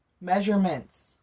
measurements